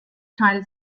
teil